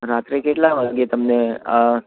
રાત્રે કેટલા વાગ્યે તમને આ